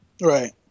Right